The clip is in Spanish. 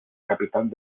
capitán